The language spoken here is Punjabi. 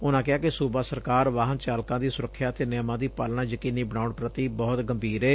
ਉਨਾਂ ਕਿਹਾ ਕਿ ਸੁਬਾ ਸਰਕਾਰ ਵਾਹਨ ਚਾਲਕਾਂ ਦੀ ਸੁਰੱਖਿਆ ਅਤੇ ਨਿਯਮਾਂ ਦੀ ਪਾਲਣਾ ਯਕੀਨੀ ਬਣਾਉਣ ਪ੍ਰਤੀ ਬਹੁਤ ਗੰਭੀਰ ਏ